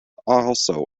also